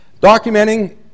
Documenting